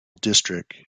district